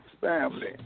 family